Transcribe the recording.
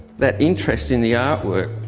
that interest in the art work.